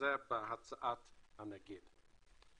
זה בהצעת הנגיד.